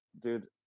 dude